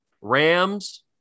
Rams